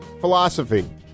philosophy